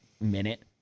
minute